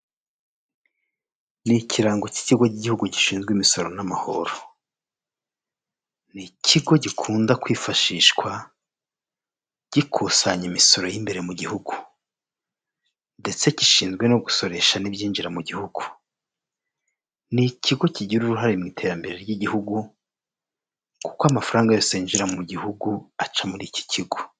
Ni ikirango cy'ikigo k'igihugu gishinzwe imisoro n'amahoro, ni ikigo gikunda kwifashishwa gikusanya imisoro y'imbere mu gihugu ndetse gishinzwe no gusoresha n'ibyinjira mu gihugu, ni ikigo kigira uruhare mu iterambere ry'igihugu kuko amafaranga yose yinjira mu gihugu aca muri iki kigo.